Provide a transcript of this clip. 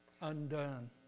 undone